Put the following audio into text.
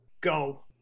go